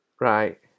right